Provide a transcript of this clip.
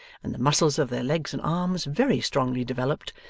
and the muscles of their legs and arms very strongly developed,